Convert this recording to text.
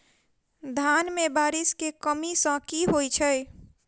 धान मे बारिश केँ कमी सँ की होइ छै?